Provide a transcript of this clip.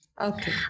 Okay